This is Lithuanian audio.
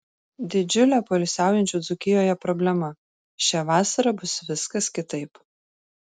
didžiulė poilsiaujančių dzūkijoje problema šią vasarą bus viskas kitaip